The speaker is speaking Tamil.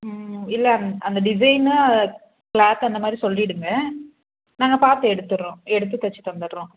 இல்லை அந்த டிசைன்னு கிளாத் அந்த மாதிரி சொல்லிவிடுங்க நாங்கள் பார்த்து எடுத்துடுறோம் எடுத்து தைச்சி தந்துடுறோம்